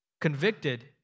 Convicted